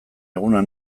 eguna